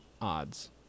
odds